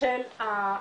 של זה.